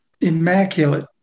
immaculate